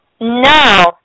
No